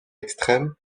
extrême